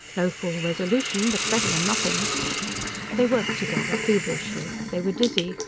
no full resolution, but better than nothing they worked together, feverishly. they were dizzy.